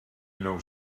nou